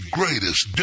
greatest